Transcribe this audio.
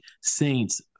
saints